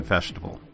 Festival